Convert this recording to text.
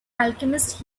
alchemist